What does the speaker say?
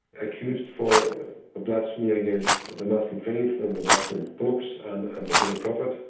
accused for blasphemy against the muslim faith and the muslim books and and the holy prophet.